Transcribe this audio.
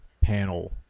panel